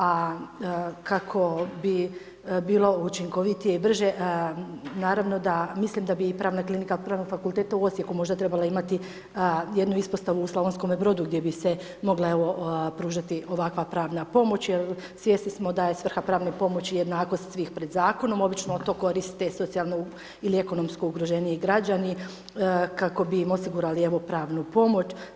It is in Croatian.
A kako bi bilo učinkovitije i brže naravno da mislim da bi i pravna klinika Pravnog fakulteta u Osijeku možda trebala imati jednu ispostavu u Slavonskom Brodu gdje bi se mogla evo pružati ovakva pravna pomoć jer svjesni smo da je svrha pravne pomoći jednakost svih pred zakonom obično to koriste socijalno ili ekonomsko ugroženiji građani kako bi im osigurali evo pravnu pomoć.